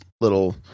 little